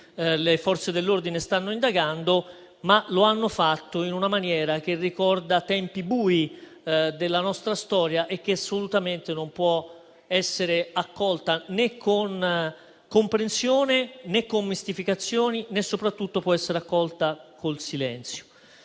le Forze dell'ordine stanno indagando, ma lo hanno fatto in una maniera che ricorda tempi bui della nostra storia e che assolutamente non può essere accolta né con comprensione, né con mistificazioni, né soprattutto può essere accolta con il silenzio.